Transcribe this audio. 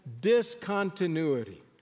discontinuity